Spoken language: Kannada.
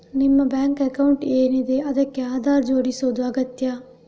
ನಿಮ್ಮ ಬ್ಯಾಂಕ್ ಅಕೌಂಟ್ ಏನಿದೆ ಅದಕ್ಕೆ ಆಧಾರ್ ಜೋಡಿಸುದು ಅಗತ್ಯ